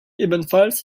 ebenfalls